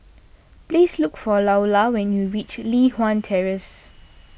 please look for Loula when you reach Li Hwan Terrace